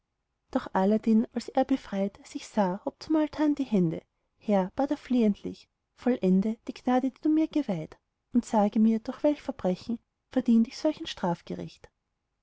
doch aladdin als er befreit sich sah hob zum altan die hände herr bat er flehentlich vollende die gnade die du mir geweiht und sage mir durch welch verbrechen verdient ich solch